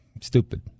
stupid